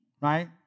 right